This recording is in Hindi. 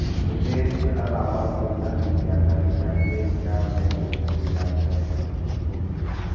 मुझे अटल आवास योजना की जानकारी चाहिए क्या मैं इसके लिए आवेदन कर सकती हूँ?